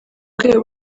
rwego